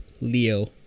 Leo